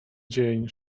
dzień